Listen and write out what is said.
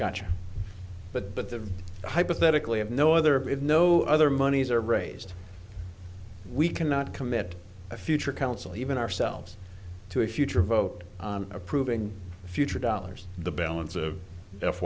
gotcha but but the hypothetically of no other with no other monies are raised we cannot commit a future council even ourselves to a future vote approving future dollars the balance of f